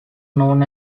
known